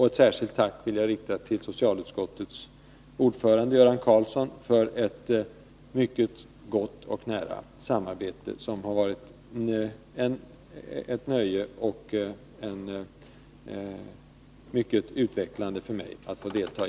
Ett särskilt tack vill jag rikta till socialutskottets ordförande Göran Karlsson för ett mycket gott och nära samarbete, som det har varit ett nöje och mycket utvecklande för mig att delta i.